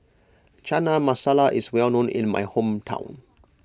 Chana Masala is well known in my hometown